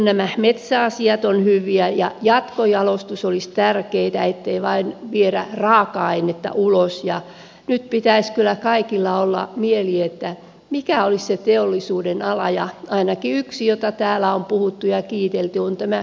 nämä metsäasiat ovat hyviä ja jatkojalostus olisi tärkeätä ettei vain viedä raaka ainetta ulos ja nyt pitäisi kyllä kaikilla olla mieli että mikä olisi se teollisuuden ala ja ainakin yksi josta täällä on puhuttu ja jota on kiitelty on tämä biotalous